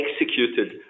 executed